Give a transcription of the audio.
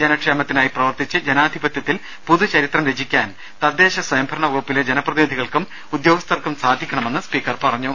ജനക്ഷേമത്തിനായി പ്രവർത്തിച്ച് ജനാധിപതൃത്തിൽ പുതുചരിത്രം രചിക്കാൻ തദ്ദേശ സ്വയംഭരണപ്രവകുപ്പിലെ ജനപ്രതിനിധികൾക്കും ഉദ്യോഗസ്ഥർക്കും സാധിക്കണമെന്ന് സ്പീക്കർ പറഞ്ഞു